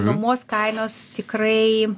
nuomos kainos tikrai